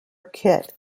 kit